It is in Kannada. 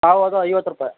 ಪಾವು ಅದು ಐವತ್ತು ರೂಪಾಯಿ